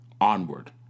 onward